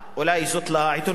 אולי זאת לעיתונאים,